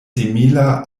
simila